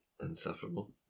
Insufferable